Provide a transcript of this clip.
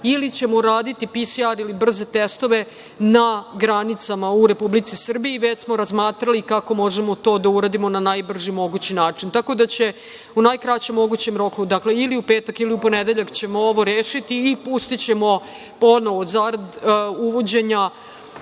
ili ćemo raditi PCR ili brze testove na granicama u Republici Srbiji. Već smo razmatrali kako možemo to da uradimo na najbrži mogući način, tako da će u najkraćem mogućem roku ili u petak ili u ponedeljak ćemo ovo rešiti i pustićemo ponovo zarad uvođenja